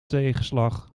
tegenslag